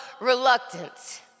reluctance